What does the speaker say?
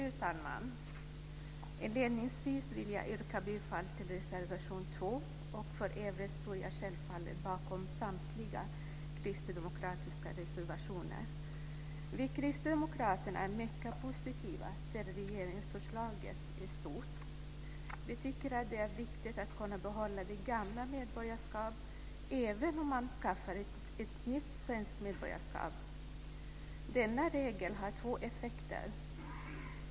Fru talman! Inledningsvis vill jag yrka bifall till reservation 2, och i övrigt står jag självfallet bakom samtliga kristdemokratiska reservationer. Vi kristdemokrater är mycket positiva till regeringsförslaget i stort. Vi tycker att det är viktigt att kunna behålla det gamla medborgarskapet även om man skaffar ett nytt, ett svenskt medborgarskap. Denna regel har två effekter.